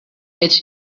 its